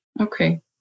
Okay